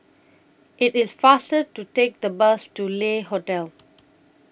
IT IS faster to Take The Bus to Le Hotel